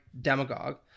demagogue